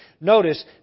Notice